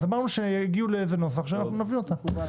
אמרנו שיגיעו לאיזשהו נוסח ויביאו אותו.